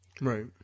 Right